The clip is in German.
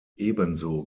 ebenso